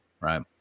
right